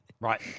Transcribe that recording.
Right